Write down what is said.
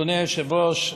אדוני היושב-ראש,